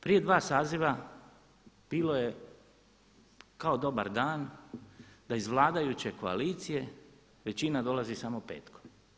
Prije dva saziva bilo je kao dobar dan da iz vladajuće koalicije većina dolazi samo petkom.